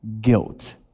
guilt